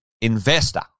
investor